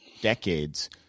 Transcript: decades